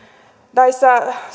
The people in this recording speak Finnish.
näistä